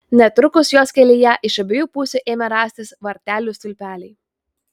netrukus jos kelyje iš abiejų pusių ėmė rastis vartelių stulpeliai